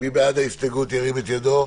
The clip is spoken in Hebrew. מי בעד ההסתייגות, ירים את ידו.